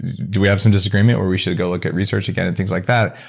do we have some disagreement where we should go look at research again and things like that.